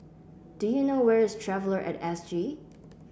do you know where is Traveller at S G